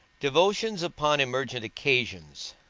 devotions upon emergent occasions,